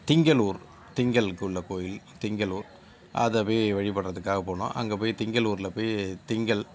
திங்களூர் திங்களுக்கு உள்ள கோவில் திங்களூர் அதை வழிபடுறதுக்காக போனோம் அங்கே போய் திங்களூரில் போய் திங்கள்